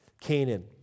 Canaan